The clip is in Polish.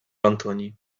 antoni